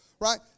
right